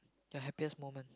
your happiest moment